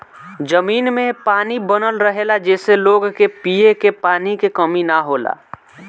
जमीन में पानी बनल रहेला जेसे लोग के पिए के पानी के कमी ना होला